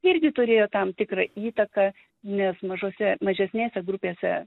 irgi turėjo tam tikrą įtaką nes mažose mažesnėse grupėse